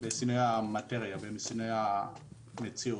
בשינוי המטריה ומשינוי המציאות.